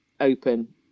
open